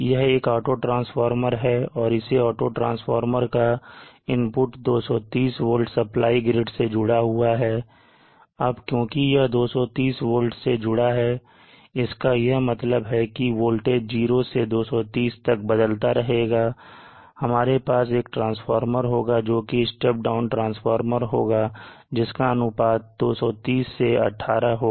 यह एक auto transformer है और इस ऑटो ट्रांसफॉर्मर का इनपुट 230 वोल्ट सप्लाई ग्रिड से जुड़ा हुआ है अब क्योंकि यह 230 वोल्ट से जुड़ा है इसका यह मतलब है की वोल्टेज 0 से 230 तक बदलता रहेगा और हमारे पास एक ट्रांसफार्मर होगा जोकि step down ट्रांसफार्मर होगा जिसका अनुपात 230 से 18 होगा